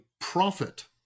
profit